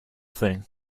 thing